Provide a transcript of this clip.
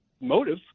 motive